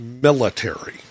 military